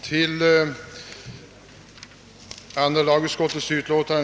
Herr talman!